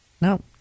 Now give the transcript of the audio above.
no